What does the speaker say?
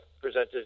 presented